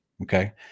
Okay